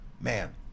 Man